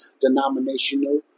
denominational